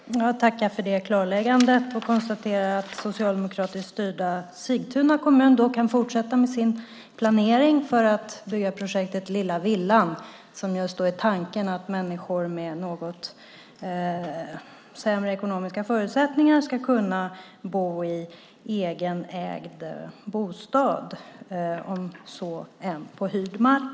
Herr talman! Jag tackar för detta klarläggande och konstaterar att socialdemokratiskt styrda Sigtuna kommun då kan fortsätta med sin planering för att bygga projektet Lilla Villan, där tanken är att människor med något sämre ekonomiska förutsättningar ska kunna bo i en eget ägd bostad om än på hyrd mark.